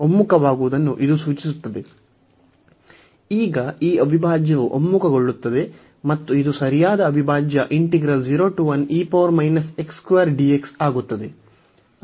ಈಗ ಈ ಅವಿಭಾಜ್ಯವು ಒಮ್ಮುಖಗೊಳ್ಳುತ್ತದೆ ಮತ್ತು ಇದು ಸರಿಯಾದ ಅವಿಭಾಜ್ಯ ಆಗುತ್ತದೆ